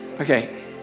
Okay